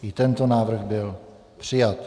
I tento návrh byl přijat.